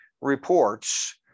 reports